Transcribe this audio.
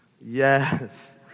Yes